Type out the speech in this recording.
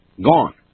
gone